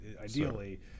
ideally